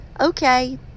Okay